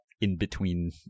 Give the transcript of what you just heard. in-between